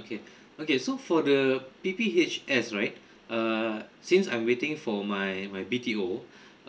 okay okay so for the P_P_H_S right err since I'm waiting for my my B_T_O